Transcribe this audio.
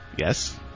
Yes